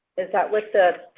is that with the